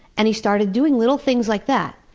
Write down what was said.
and he started doing little things like that,